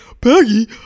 Peggy